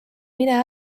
mine